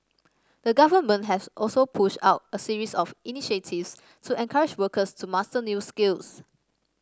the Government has also pushed out a series of initiatives to encourage workers to master new skills